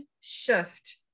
shift